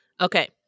okay